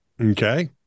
Okay